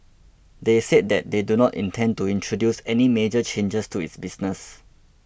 they said that they do not intend to introduce any major changes to its business